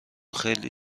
خیلی